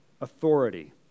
authority